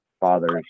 Fathers